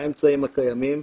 באמצעים הקיימים.